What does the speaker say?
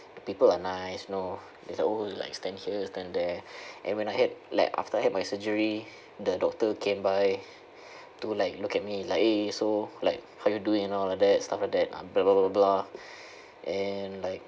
people are nice you know there's a old like stand here stand there and when I had like after I had my surgery the doctor came by to like look at me like eh so like how you doing and all like that stuff like that uh blah blah blah blah blah and like